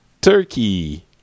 Turkey